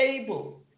able